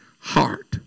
heart